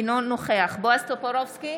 אינו נוכח בועז טופורובסקי,